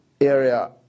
area